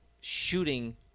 shooting